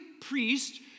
priest